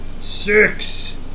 Six